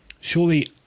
surely